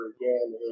again